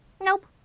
Nope